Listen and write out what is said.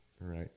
Right